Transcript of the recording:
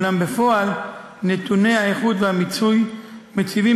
אולם בפועל נתוני האיכות והמיצוי מציבים